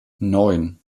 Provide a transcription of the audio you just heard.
neun